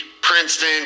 Princeton